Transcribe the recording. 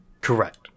Correct